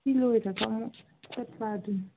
ꯁꯤ ꯂꯣꯏꯔꯒ ꯆꯠꯄꯥꯗꯨꯅꯤ